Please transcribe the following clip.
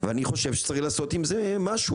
ואני חושב שצריך לעשות עם זה משהו.